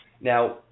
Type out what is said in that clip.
Now